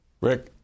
Rick